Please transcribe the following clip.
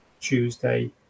Tuesday